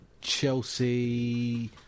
Chelsea